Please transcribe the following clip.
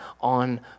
on